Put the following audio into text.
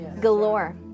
galore